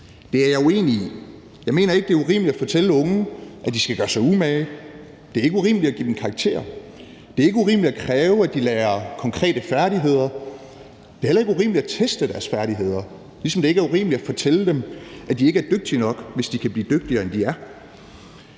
Det er jeg uenig i. Jeg mener ikke, at det er urimeligt at fortælle unge, at de skal gøre sig umage. Det er ikke urimeligt at give dem karakterer, det er ikke urimeligt at kræve, at de lærer konkrete færdigheder, det er heller ikke urimeligt at teste deres færdigheder, ligesom det ikke er urimeligt at fortælle dem, at de ikke er dygtige nok, hvis de kan blive dygtigere, end de er.